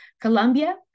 Colombia